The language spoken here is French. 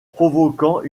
provoquant